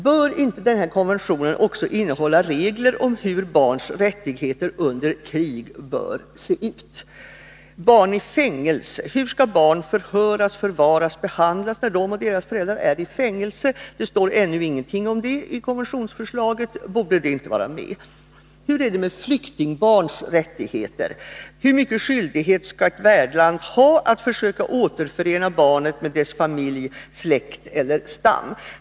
Bör inte den här konventionen också innehålla regler om hur barns rättigheter under krig skall se ut? Barni fängelse! Hur skall barn förhöras, förvaras och behandlas när de och deras föräldrar är i fängelse? Det står ännu ingenting om det i konventions förslaget. Borde det inte vara med? Hur är det med flyktingbarns rättigheter? Hur mycket skyldighet skall värdlandet ha att försöka återförena barnet med dess familj, släkt eller stam?